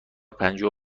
پنجاه